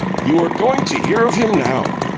you are going to hear of him now.